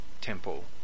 temple